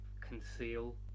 conceal